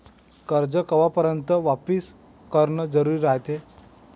कर्ज कवापर्यंत वापिस करन जरुरी रायते?